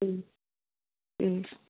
ও